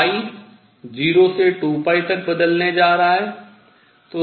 0 से 2 तक बदलने जा रहा है